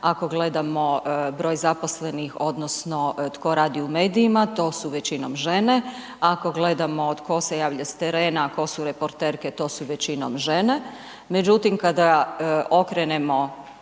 ako gledamo broj zaposlenih odnosno tko radi u medijima, to su većinom žene, ako gledamo tko se javlja s terena a tko su reporterske to su većinom žene.